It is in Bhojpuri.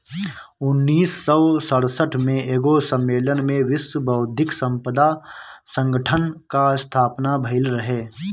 उन्नीस सौ सड़सठ में एगो सम्मलेन में विश्व बौद्धिक संपदा संगठन कअ स्थापना भइल रहे